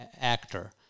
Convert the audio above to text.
actor